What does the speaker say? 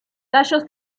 tallos